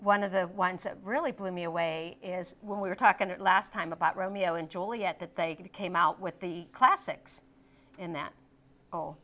one of the ones that really blew me away is when we were talking last time about romeo and juliet that they came out with the classics in that whole